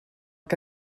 que